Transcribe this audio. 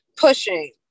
Pushing